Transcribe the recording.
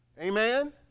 Amen